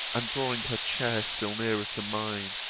and drawing her chair still nearer to mine,